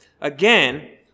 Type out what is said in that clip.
again